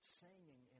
singing